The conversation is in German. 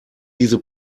diese